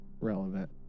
relevant